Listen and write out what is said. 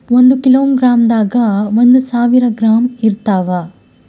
ಒಂದ್ ಕಿಲೋಗ್ರಾಂದಾಗ ಒಂದು ಸಾವಿರ ಗ್ರಾಂ ಇರತಾವ